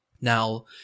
Now